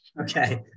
Okay